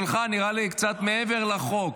אז האמוציות שלך נראה לי קצת מעבר לחוק.